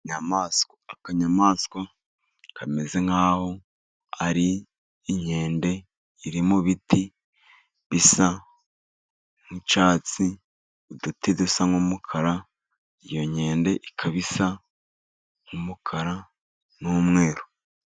Akanyamaswa kameze nkaho ari inkende iri mu biti bisa nk'icyatsi, uduti dusa n'umukara. Iyo nkende ikaba isa umukara n'umweru.